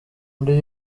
muri